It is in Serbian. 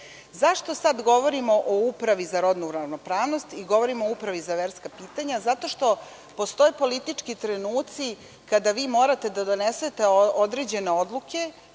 bave.Zašto sada govorimo o Upravi za rodnu ravnopravnost i o Upravi za verska pitanja? Zato što postoje politički trenuci kada vi morate da donesete određene odluke